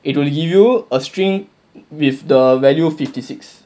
it will give you a string with the value fifty six